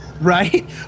Right